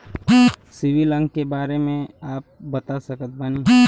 CIBIL अंक के बारे मे का आप बता सकत बानी?